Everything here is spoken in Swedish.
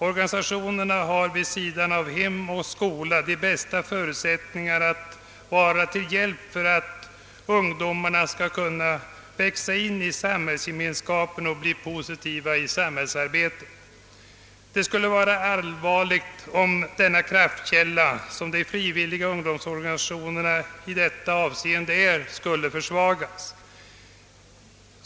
Organisationerna har vid sidan av hem och skola de bästa förutsättningar att vara till hjälp för att ungdomarna skall kunna växa in i samhällsgemenskapen och få en positiv inställning till samhällsarbetet. Det skulle vara allvarligt om den kraftkälla som de frivilliga ungdomsorganisationerna i detta avseende utgör skulle försvagas.